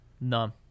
None